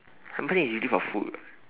harvesting is really for food [what]